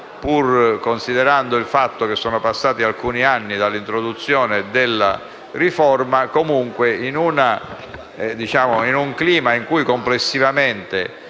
pur considerando che sono passati alcuni anni dall’introduzione della riforma. In un clima in cui, complessivamente,